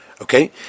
Okay